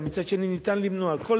אבל מצד שני ניתן למנוע אותם.